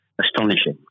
astonishing